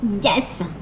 Yes